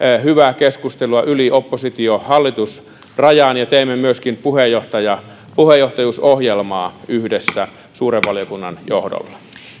hyvää keskustelua yli oppositio hallitus rajan ja teemme myöskin puheenjohtajuusohjelmaa yhdessä suuren valiokunnan johdolla